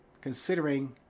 Considering